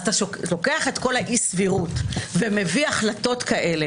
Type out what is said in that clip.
אז כשאתה לוקח את כל האי סבירות ומביא החלטות כאלה